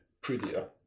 prettier